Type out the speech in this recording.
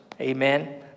Amen